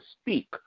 speak